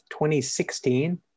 2016